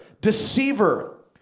deceiver